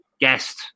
guest